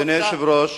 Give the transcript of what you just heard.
אדוני היושב-ראש,